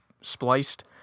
spliced